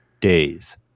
days